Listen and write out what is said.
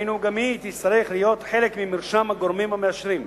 היינו גם היא תצטרך להיות חלק ממרשם הגורמים המאשרים,